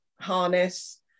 harness